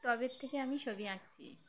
তবে থেকে আমি ছবি আঁকছি